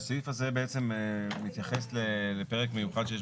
הסעיף הזה בעצם מתייחס לפרק מיוחד שיש